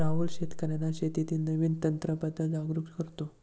राहुल शेतकर्यांना शेतीतील नवीन तंत्रांबद्दल जागरूक करतो